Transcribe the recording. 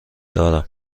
دارم